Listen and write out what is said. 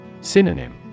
Synonym